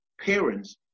parents